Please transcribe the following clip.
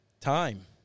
Time